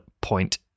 point